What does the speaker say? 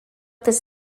this